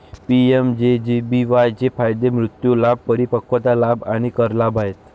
PMJJBY चे फायदे मृत्यू लाभ, परिपक्वता लाभ आणि कर लाभ आहेत